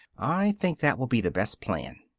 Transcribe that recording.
i think that will be the best plan.